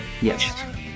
Yes